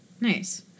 Nice